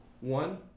One